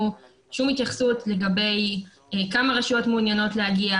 שום התייחסות לגבי כמה רשויות מעוניינות להגיע,